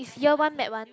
year one met one